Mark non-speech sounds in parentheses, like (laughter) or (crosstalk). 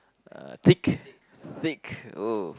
uh thick (noise) thick oh